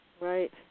Right